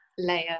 Layer